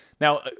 Now